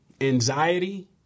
anxiety